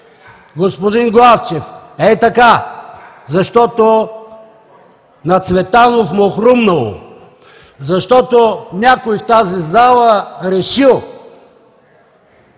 господин Главчев, ей така, защото на Цветанов му хрумнало, защото някой в тази зала решил.